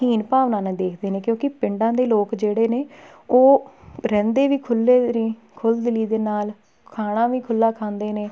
ਹੀਣ ਭਾਵਨਾ ਨਾਲ ਦੇਖਦੇ ਨੇ ਕਿਉਂਕਿ ਪਿੰਡਾਂ ਦੇ ਲੋਕ ਜਿਹੜੇ ਨੇ ਉਹ ਰਹਿੰਦੇ ਵੀ ਖੁੱਲ੍ਹੇ ਰੇ ਖੁੱਲ੍ਹ ਦਿਲੀ ਦੇ ਨਾਲ ਖਾਣਾ ਵੀ ਖੁੱਲ੍ਹਾ ਖਾਂਦੇ ਨੇ